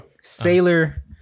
Sailor